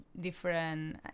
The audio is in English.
different